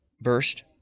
burst